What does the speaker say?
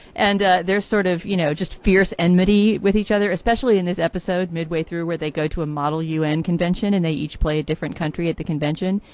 and they're sort of, you know, just fierce enmity with each other, especially in this episode midway through where they go to a model u n. convention and they each play a different country at the convention.